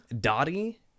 Dottie